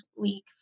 Week